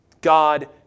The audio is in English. God